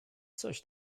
coś